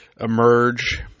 emerge